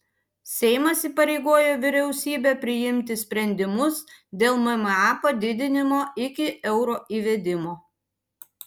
seimas įpareigojo vyriausybę priimti sprendimus dėl mma padidinimo iki euro įvedimo